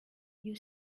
you